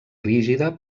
rígida